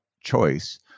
choice